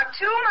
two